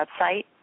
website